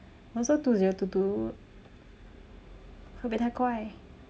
also two zero two two 会不会太快